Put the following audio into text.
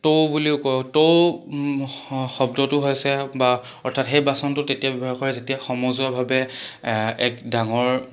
টৌ বুলিও কয় টৌ শব্দটো হৈছে বা অৰ্থাৎ সেই বাচনটো তেতিয়া ব্যৱহাৰ কৰে যেতিয়া সমজোৱাভাৱে এক ডাঙৰ